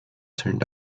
turned